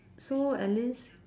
so at least